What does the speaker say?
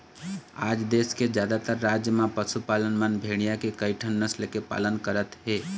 आज देश के जादातर राज म पशुपालक मन भेड़िया के कइठन नसल के पालन करत हे